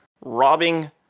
robbing